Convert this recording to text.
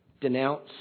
denounce